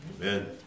Amen